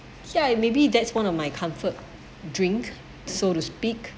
ya it maybe that's one of my comfort drink so to speak